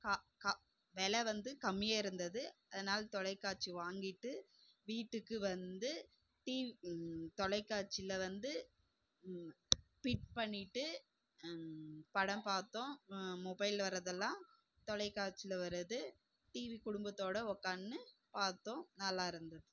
கா கா வெலை வந்து கம்மியாக இருந்தது அதனால் தொலைக்காட்சி வாங்கிட்டு வீட்டுக்கு வந்து டி தொலைக்காட்சியில் வந்து ஃபிட் பண்ணிவிட்டு படம் பார்த்தோம் மொபைலில் வரதெல்லாம் தொலைக்காட்சியில் வருது டிவி குடும்பத்தோடு உட்கான்னு பார்த்தோம் நல்லாருந்தது